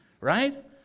right